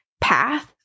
path